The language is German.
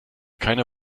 keine